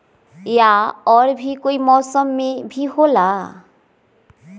या और भी कोई मौसम मे भी होला?